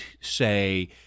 say